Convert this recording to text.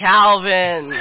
Calvin